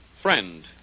Friend